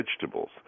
vegetables